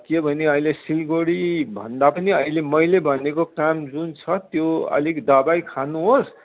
के भने अहिले सिलगढीभन्दा पनि अहिले मैले भनेको काम जुन छ त्यो अलिक दबाई खानुहोस्